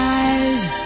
eyes